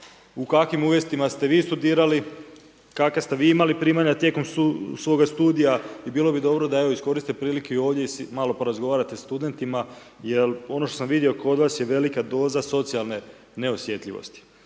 u kakvim uvjetima ste vi studirali, kakve ste vi imali primanja tijekom svoga studija i bilo bi dobro da evo, iskoristite prilike i ovdje i malo porazgovarate s studenima. Jer ono što sam vidio kod vas je velika doza socijalne neosjetljivosti.